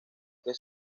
que